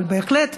אבל בהחלט,